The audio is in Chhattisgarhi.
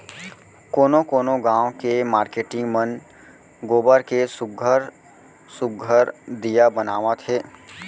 कोनो कोनो गाँव के मारकेटिंग मन गोबर के सुग्घर सुघ्घर दीया बनावत हे